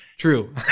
true